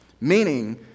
meaning